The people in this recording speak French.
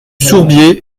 sourbier